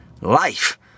life